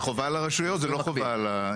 זה חובה על הרשויות, זה לא חובה על היזמים.